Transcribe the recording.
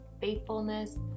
faithfulness